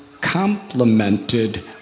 complemented